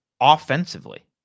offensively